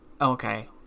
Okay